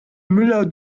müller